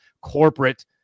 corporate